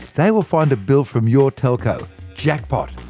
they will find a bill from your telco jackpot!